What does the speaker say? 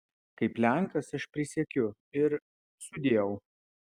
kaip lenkas aš prisiekiu ir sudieu